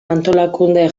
antolakunde